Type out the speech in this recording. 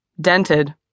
dented